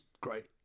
great